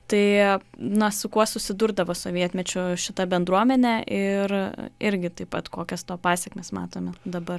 tai na su kuo susidurdavo sovietmečiu šita bendruomenė ir irgi taip pat kokias to pasekmes matome dabar